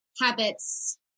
habits